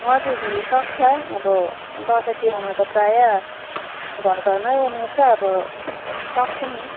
हजुर दिदी सक्छ अब दसैँ तिहारमा त प्रायः घर घरमा उमार्छ अब सक्छौँ नि